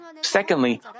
Secondly